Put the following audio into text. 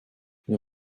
wir